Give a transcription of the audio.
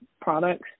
products